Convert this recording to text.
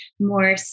more